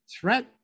threat